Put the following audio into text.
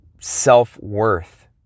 self-worth